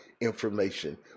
information